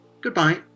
Goodbye